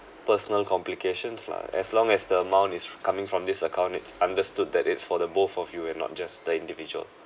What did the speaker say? personal complications lah as long as the amount is coming from this account it's understood that it's for the both of you and not just the individual